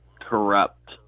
corrupt